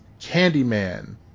Candyman